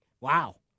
wow